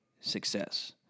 success